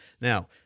Now